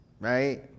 right